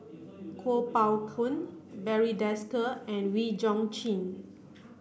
Kuo Pao Kun Barry Desker and Wee Chong Jin